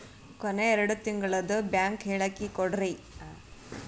ಕೊನೆ ಎರಡು ತಿಂಗಳದು ಬ್ಯಾಂಕ್ ಹೇಳಕಿ ಕೊಡ್ರಿ